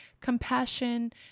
compassion